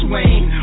Wayne